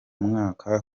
mwaka